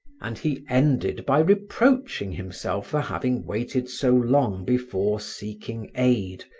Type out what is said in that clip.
and he ended by reproaching himself for having waited so long before seeking aid,